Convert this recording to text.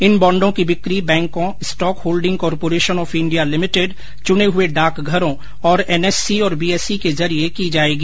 इन बॉण्डों की बिक्री बैंकों stock holding corporation of India limited चुने गए डाकघरों और एनएससी तथा बीएसई के जरिए की जाएगी